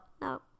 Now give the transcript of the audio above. No